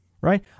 right